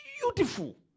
beautiful